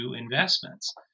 investments